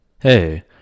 Hey